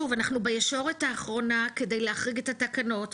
שוב אנחנו בישורת האחרונה כדי להחריג את התקנות.